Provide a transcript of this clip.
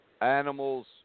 animals